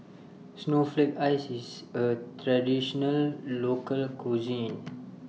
Snowflake Ice IS A Traditional Local Cuisine